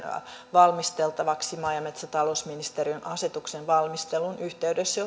valmisteltavaksi maa ja metsätalousministeriön asetuksen valmistelun yhteydessä